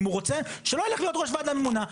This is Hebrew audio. אם הוא רוצה שלא ילך להיות ראש ועדה ממונה.